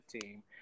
team